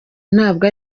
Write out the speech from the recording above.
ntabwo